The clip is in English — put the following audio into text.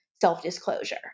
self-disclosure